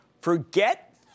forget